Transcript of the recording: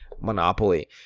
Monopoly